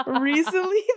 Recently